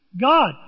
God